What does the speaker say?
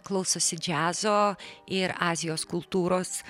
klausosi džiazo ir azijos kultūros